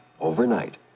Overnight